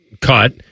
cut